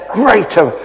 greater